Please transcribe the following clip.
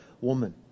woman